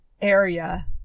area